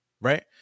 Right